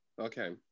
okay